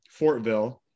Fortville